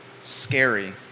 scary